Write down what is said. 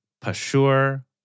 Pashur